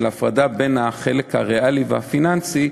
של הפרדה בין החלק הריאלי והפיננסי,